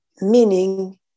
meaning